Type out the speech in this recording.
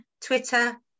Twitter